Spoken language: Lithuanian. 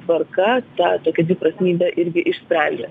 tvarka tą tokią dviprasmybę irgi išsprendė